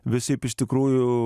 visi iš tikrųjų